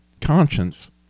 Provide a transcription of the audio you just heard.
conscience